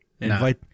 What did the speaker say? Invite